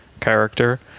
character